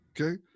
okay